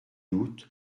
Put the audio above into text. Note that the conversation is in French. doute